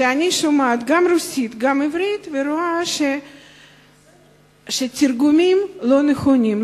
אני שומעת גם רוסית וגם עברית ואני רואה שהתרגומים לא נכונים,